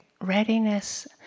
Readiness